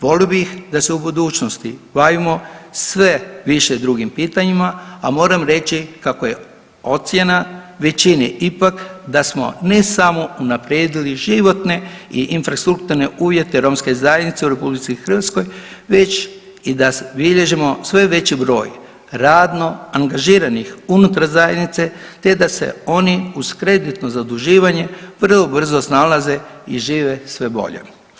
Volio bih da se u budućnosti bavimo sve više drugim pitanjima, a moram reći kako je ocjena većini ipak da smo ne samo unaprijedili životne i infrastrukturne uvjete romske zajednice u RH već i da bilježimo sve veći broj radno angažiranih unutar zajednice, te da se oni uz kreditno zaduživanje vrlo brzo snalaze i žive sve bolje.